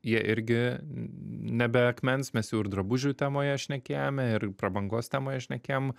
jie irgi nebe akmens mes jau ir drabužių temoje šnekėjome ir prabangos temoje šnekėjom